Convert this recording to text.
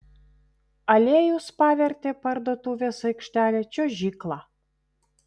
aliejus pavertė parduotuvės aikštelę čiuožykla